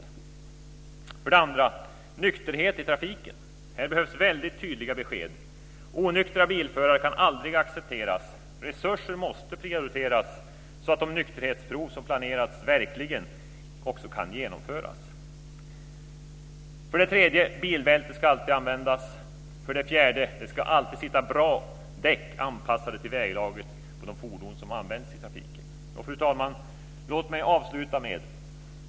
För det andra vill jag peka på nykterhet i trafiken. Här behövs väldigt tydliga besked. Onyktra bilförare kan aldrig accepteras. Resurser måste prioriteras så att de nykterhetsprov som planerats verkligen också kan genomföras. För det tredje ska bilbälte alltid användas. För det fjärde ska det på de fordon som används i trafiken alltid sitta bra däck, anpassade till väglaget. Fru talman! Låt mig avsluta på följande sätt.